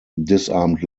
disarmed